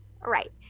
Right